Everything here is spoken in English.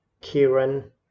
Kieran